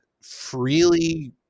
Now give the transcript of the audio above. freely